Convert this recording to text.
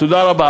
תודה רבה.